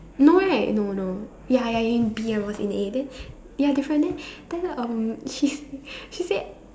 no right no no ya ya you in B I was in A then ya different then then um he say she said